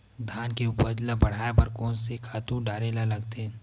धान के उपज ल बढ़ाये बर कोन से खातु डारेल लगथे?